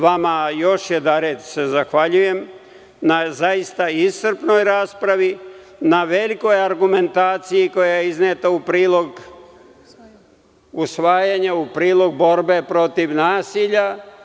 Vama se još jednom zahvaljujem na iscrpnoj raspravi, na velikoj argumentaciji koja je izneta u prilog usvajanja, u prilog borbe protiv nasilja.